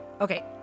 Okay